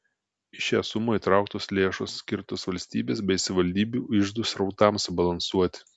į šią sumą įtrauktos lėšos skirtos valstybės bei savivaldybių iždų srautams subalansuoti